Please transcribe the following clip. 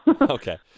Okay